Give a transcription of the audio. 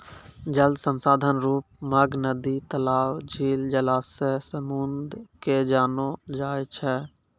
जल संसाधन रुप मग नदी, तलाब, झील, जलासय, समुन्द के जानलो जाय छै